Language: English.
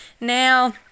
now